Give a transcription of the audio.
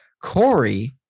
Corey